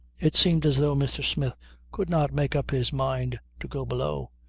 it seemed as though mr. smith could not make up his mind to go below.